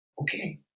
Okay